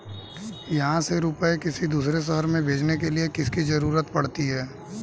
यहाँ से रुपये किसी दूसरे शहर में भेजने के लिए किसकी जरूरत पड़ती है?